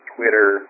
Twitter